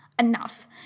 Enough